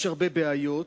יש הרבה בעיות,